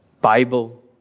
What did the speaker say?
Bible